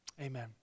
Amen